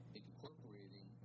incorporating